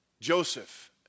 Joseph